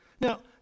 Now